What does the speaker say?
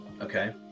Okay